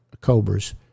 Cobras